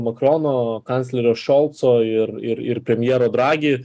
makrono kanclerio šolco ir ir ir premjero dragi